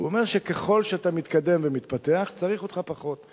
הוא אומר שככל שאתה מתקדם ומתפתח צריך אותך פחות.